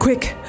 Quick